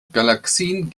galaxien